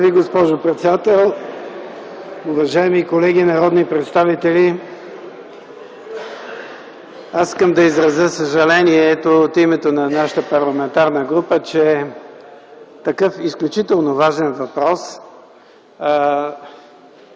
Благодаря Ви, госпожо председател. Уважаеми колеги народни представители, аз искам да изразя съжаление от името на нашата парламентарна група, че към такъв изключително важен въпрос не